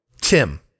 Tim